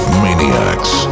maniacs